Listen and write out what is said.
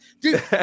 dude